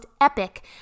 epic